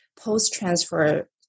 post-transfer